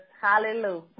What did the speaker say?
hallelujah